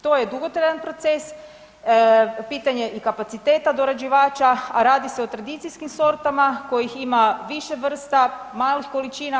To je dugotrajan proces, pitanje i kapaciteta dorađivača, a radi se o tradicijskim sortama kojih ima više vrsta, malih količina.